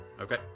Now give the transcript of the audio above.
Okay